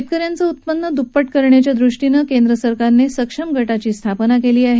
शेतकऱ्यांचं उत्पन्न दुप्पट करण्याच्या दृष्टीनं केंद्रसरकारने सक्षम गटाची स्थापना केली आहे